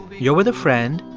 you're with a friend.